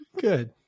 Good